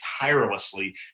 tirelessly